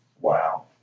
Wow